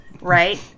right